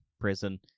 prison